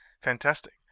Fantastic